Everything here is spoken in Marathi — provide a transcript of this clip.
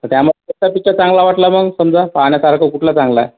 त्यामध्ये कुठला पिच्चर चांगला वाटला मग समजा पाहण्यासारखा कुठला चांगला आहे